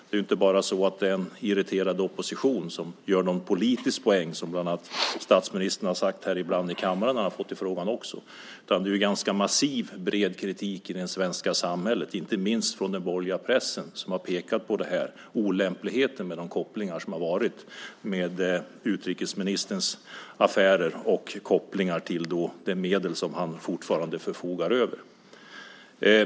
Det är inte bara så att det är en irriterad opposition som gör en politisk poäng, som statsministern bland annat har sagt här ibland i kammaren när han har fått frågan. Det finns också en ganska massiv och bred kritik i det svenska samhället, inte minst från den borgerliga pressen. Man har pekat på olämpligheten i de kopplingar som har funnits med utrikesministerns affärer och de medel som han fortfarande förfogar över.